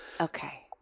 Okay